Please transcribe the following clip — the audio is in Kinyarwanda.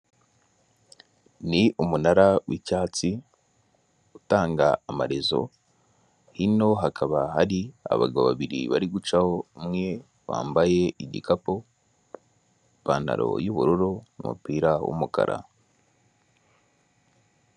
Ni umunara w'icyatsi utanga amarezo, hino hakaba hari abagabo babiri bari gucaho, umwe yambaye igikapu, ipantaro y'ubururu n'umupira w'umukara.